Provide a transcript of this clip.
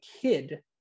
kid